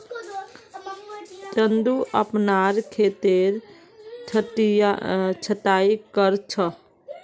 चंदू अपनार खेतेर छटायी कर छ